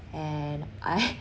and I